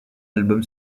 album